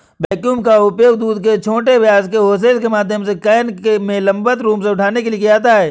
vacuum का उपयोग दूध को छोटे व्यास के होसेस के माध्यम से कैन में लंबवत रूप से उठाने के लिए किया जाता है